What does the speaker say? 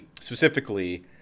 specifically